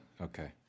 okay